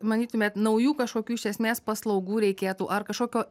manytumėt naujų kažkokių iš esmės paslaugų reikėtų ar kažkokio